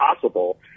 possible